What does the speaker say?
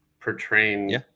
portraying